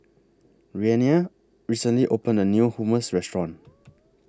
Renea recently opened A New Hummus Restaurant